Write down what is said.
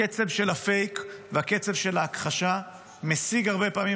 הקצב של הפייק והקצב של ההכחשה משיג הרבה פעמים